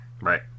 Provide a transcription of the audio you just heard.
Right